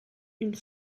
une